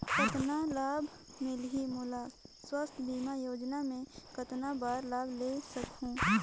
कतना लाभ मिलही मोला? स्वास्थ बीमा योजना मे कतना बार लाभ ले सकहूँ?